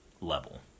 level